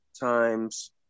times